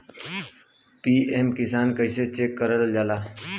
PM Kisan कइसे check करल जाला?